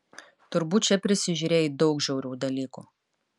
turbūt čia prisižiūrėjai daug žiaurių dalykų